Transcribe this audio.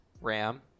RAM